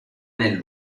nel